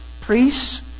Priests